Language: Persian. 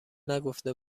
نگفته